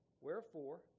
Wherefore